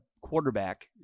quarterback